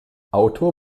auto